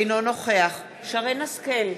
אינו נוכח שרן השכל,